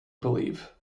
believe